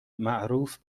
معروف